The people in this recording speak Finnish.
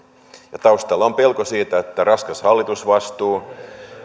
ja taustalla on pelko siitä että raskas hallitusvastuu